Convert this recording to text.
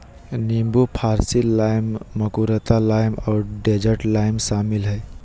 नींबू फारसी लाइम, मकरुत लाइम और डेजर्ट लाइम शामिल हइ